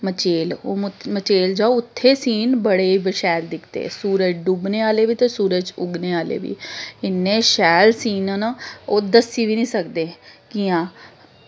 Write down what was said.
मचेल ओह् मचेल जाओ उत्थें सीन बड़े शैल ते दिखदे सूरज डुब्बने आह्ले बी ते सूरज उग्गने आह्ले बी इ'न्ने शैल सीन न ओह् दस्सी बी नी सकदे कि'यां